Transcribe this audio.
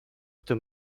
tym